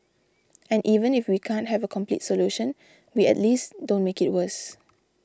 and even if we can't have a complete solution we at least don't make it worse